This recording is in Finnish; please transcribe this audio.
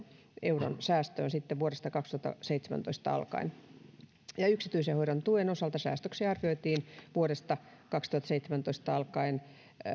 euron säästöön vuodesta kaksituhattaseitsemäntoista alkaen yksityisen hoidon tuen osalta säästöksi arvioitiin vuodesta kaksituhattaseitsemäntoista alkaen